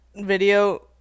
video